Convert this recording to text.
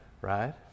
right